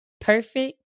perfect